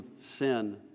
sin